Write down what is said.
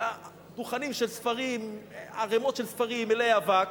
והיו דוכנים של ספרים, ערימות של ספרים מלאי אבק.